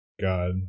God